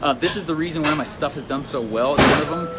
ah this is the reason why my stuff has done so well. it's one of them,